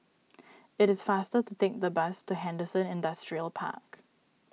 it is faster to take the bus to Henderson Industrial Park